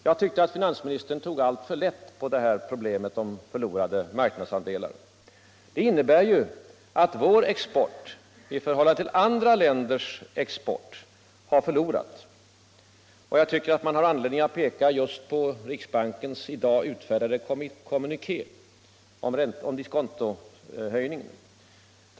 Jag tyckte att finansministern tog alltför lätt på det här problemet. Förlorade marknadsandelar innebär att vår export har förlorat i förhållande till andra länders export. Jag tycker att man har anledning att peka på riksbankens just i dag utfärdade kommuniké om diskontohöjning.